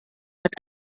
hat